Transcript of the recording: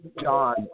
john